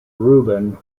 rubin